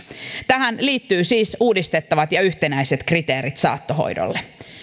tähän liittyy siis uudistettavat ja yhtenäiset kriteerit saattohoidolle